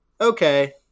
okay